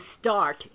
start